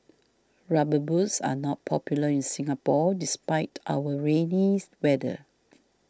rubber boots are not popular in Singapore despite our rainy weather